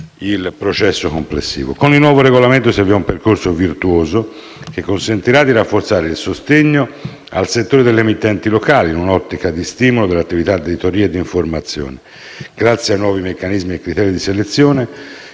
il processo complessivo. Con il nuovo regolamento si avvia un percorso virtuoso, che consentirà di rafforzare il sostegno al settore delle emittenti locali, in un'ottica di stimolo delle attività di editoria e di informazione, grazie a nuovi meccanismi e criteri di selezione